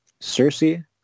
cersei